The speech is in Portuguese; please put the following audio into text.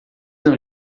não